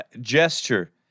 gesture